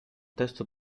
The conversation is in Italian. testo